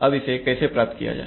अब इसे कैसे प्राप्त किया जाए